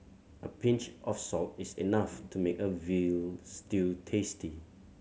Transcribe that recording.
a pinch of salt is enough to make a veal stew tasty